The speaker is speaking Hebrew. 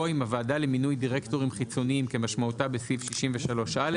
"עם הוועדה למינוי דירקטורים חיצוניים כמשמעותה בסעיף 63א,